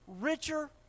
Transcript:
richer